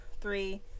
three